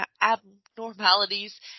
abnormalities